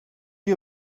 you